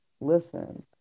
listen